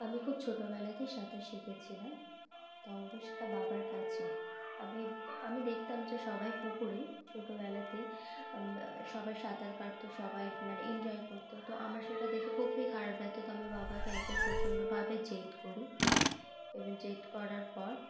আমি খুব ছোটোবেলাতেই সাঁতার শিখেছিলাম তাও আবার সেটা বাবার কাছে আমি আমি দেখতাম যে সবাই পুকুরে ছোটোবেলাতে সবাই সাঁতার কাটতো সবাই মানে এনজয় করত তো আমার সেটা দেখে খুবই খারাপ লাগতো তো আমি বাবাকে একদিন প্রচণ্ডভাবে জেদ করি এবং জেদ করার পর